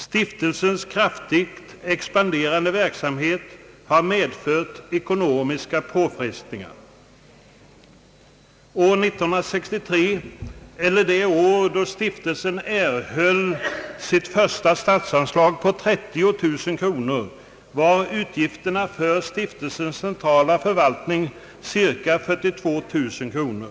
Stiftelsens kraftigt expanderande verksamhet har medfört ekonomiska påfrestningar. År 1963, det år då stiftelsen erhöll sitt första statsanslag på 30 000 kronor, var utgifterna för stiftelsens centrala förvaltning cirka 42 000 kronor.